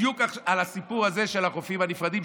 בדיוק על הסיפור הזה של החופים הנפרדים,